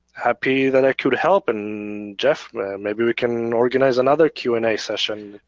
happy that i could help and geoff maybe we can organize another q and a session.